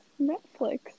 Netflix